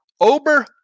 Ober